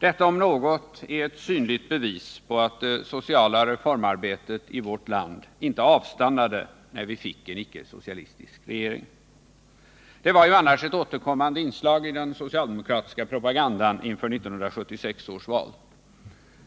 Detta om något är ett synligt bevis på att det sociala reformarbetet i vårt land inte avstannade när vi fick en ickesocialistisk regering. Det var ju annars ett återkommande inslag i den socialdemokratiska propagandan inför 1976 års val.